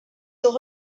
sont